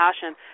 passion